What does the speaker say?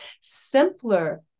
simpler